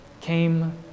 came